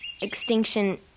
extinction